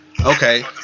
Okay